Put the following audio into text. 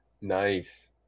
Nice